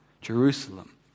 Jerusalem